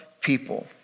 people